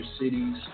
cities